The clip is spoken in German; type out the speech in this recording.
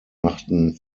machten